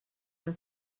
from